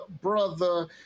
brother